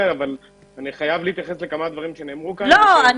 אני חייב להתייחס לכמה דברים שנאמרו כאן --- אני